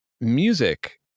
music